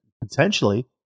potentially